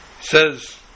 says